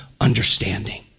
understanding